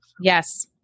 Yes